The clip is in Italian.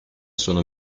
sono